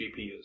GPUs